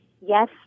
Yes